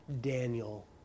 Daniel